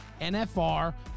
NFR